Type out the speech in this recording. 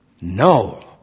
No